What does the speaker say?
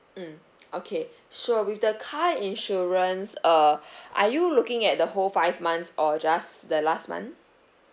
mm okay sure with the car insurance err are you looking at the whole five months or just the last month